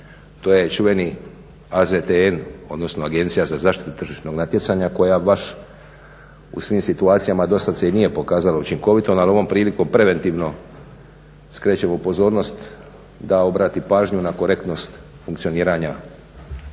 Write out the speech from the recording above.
to je čuveni AZTN odnosno Agencija za zaštitu tržišnog natjecanja koja baš u svim situacijama do sada se i nije pokazala učinkovitom ali ovom prilikom preventivno skrećemo pozornost da obrati pažnju na korektnost funkcioniranja